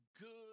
Good